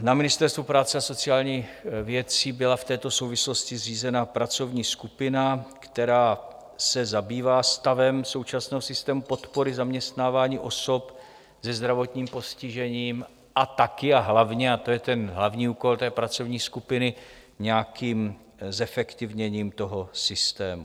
Na Ministerstvu práce a sociálních věcí byla v této souvislosti zřízena pracovní skupina, která se zabývá stavem současného systému podpory zaměstnávání osob se zdravotním postižením a taky a hlavně, a to je ten hlavní úkol pracovní skupiny nějakým zefektivněním systému.